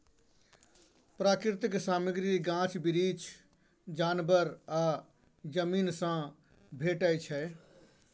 प्राकृतिक सामग्री गाछ बिरीछ, जानबर आ जमीन सँ भेटै छै